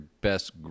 best